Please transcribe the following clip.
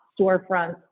storefronts